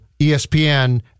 ESPN